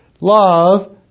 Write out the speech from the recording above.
love